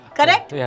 Correct